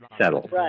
settled